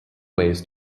ways